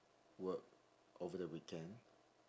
work over the weekend